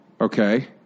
Okay